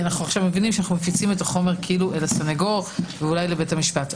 אנו מפיצים את החומר לסנגור ואולי לבית המשפט.